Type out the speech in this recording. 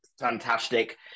fantastic